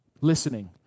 Listening